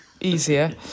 easier